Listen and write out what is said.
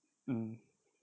mm